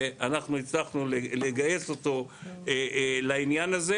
שאנחנו הצלחנו לגייס אותו לעניין הזה